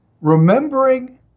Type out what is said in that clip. Remembering